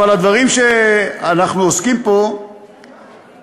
אבל הדברים שאנחנו עוסקים בהם פה